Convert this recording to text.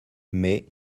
mais